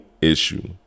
issue